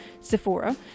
Sephora